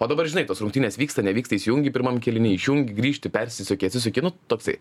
o dabar žinai tos rungtynės vyksta nevyksta įsijungi pirmam kėliny išjungi grįžti persisuki atsisuki nu toksai